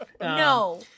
No